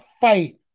fight